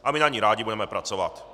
A my na ní rádi budeme pracovat.